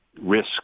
risk